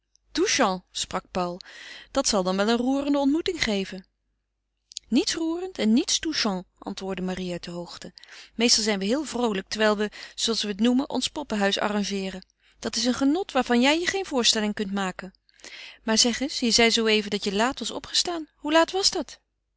touchant sprak paul dat zal dan wel een roerende ontmoeting geven niets roerend en niets touchant antwoordde marie uit de hoogte meestal zijn we heel vroolijk terwijl we zooals we het noemen ons poppenhuis arrangeeren dat is een genot waarvan jij je geen voorstelling kunt maken maar zeg eens je zei zooeven dat je laat was opgestaan hoe laat was dat